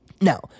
Now